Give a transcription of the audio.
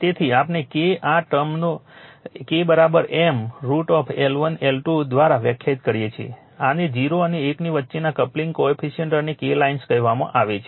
તેથી આપણે K આ ટર્મને k M √ L1 L2 દ્વારા વ્યાખ્યાયિત કરીએ છીએ આને 0 અને 1 ની વચ્ચેના કપ્લીંગ કોએફિશિયન્ટ અને K લાઇન કહેવામાં આવે છે